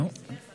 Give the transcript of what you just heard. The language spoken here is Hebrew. אני רוצה